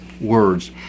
words